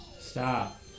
Stop